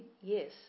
yes